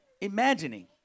imagining